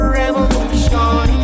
revolution